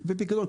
בפיקדון.